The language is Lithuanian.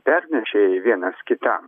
pernešėjai vienas kitam